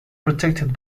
protected